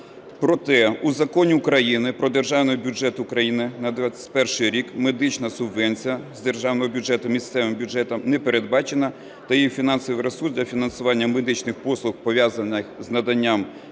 Проте у Законі України "Про Державний бюджет України на 2021 рік" медична субвенція з державного бюджету місцевим бюджетам не передбачена, та її фінансовий ресурс для фінансування медичних послуг, пов'язаних з наданням